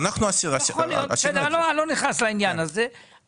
אני לא נכנס לעניין הזה,